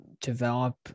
develop